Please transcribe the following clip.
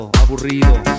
Aburrido